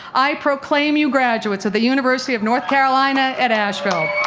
i proclaim you graduates of the university of north carolina at asheville.